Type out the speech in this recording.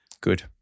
Good